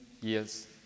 years